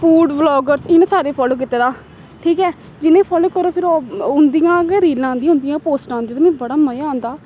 food bloggers इ'नें सारे follow कीते दा ठीक ऐ जि'नें गी फालो करो फिर ओह् उं'दियां गै रीलां आंदियां उं'दियां पोस्टां आंदी ते मिगी बड़ा मज़ा आंदा